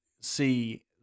see